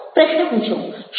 પ્રશ્ન પૂછો